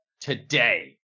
Today